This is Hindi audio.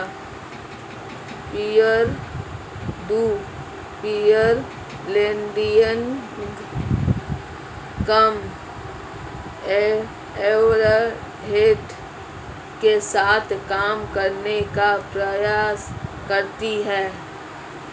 पीयर टू पीयर लेंडिंग कम ओवरहेड के साथ काम करने का प्रयास करती हैं